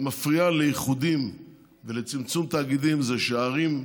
שמפריעה לאיחודים ולצמצום תאגידים, היא שערים,